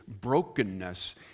brokenness